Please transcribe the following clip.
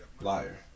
Liar